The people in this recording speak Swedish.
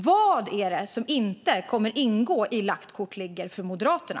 Vad är det som inte kommer att ingå i "lagt kort ligger" för Moderaterna?